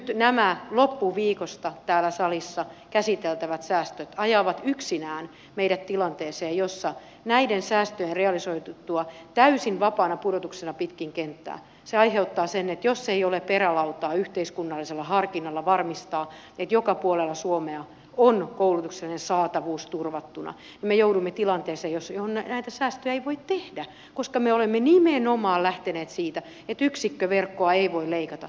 nyt nämä täällä salissa loppuviikosta käsiteltävät säästöt ajavat yksinään meidät tilanteeseen jossa näiden säästöjen realisoiduttua täysin vapaana pudotuksena pitkin kenttää aiheutuu se että jos ei ole perälautaa yhteiskunnallisella harkinnalla varmistaa että joka puolella suomea on koulutuksellinen saatavuus turvattuna niin me joudumme tilanteeseen jossa näitä säästöjä ei voi tehdä koska me olemme nimenomaan lähteneet siitä että yksikköverkkoa ei voi leikata